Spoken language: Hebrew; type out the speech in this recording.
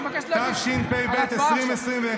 מי שיחליף אותי,